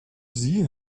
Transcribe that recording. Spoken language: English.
see